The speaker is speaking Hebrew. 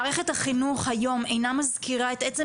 מערכת החינוך היום אינה מזכירה את עצם